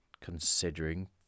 considering